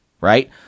right